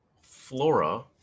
flora